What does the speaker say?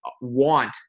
want